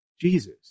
Jesus